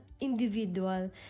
individual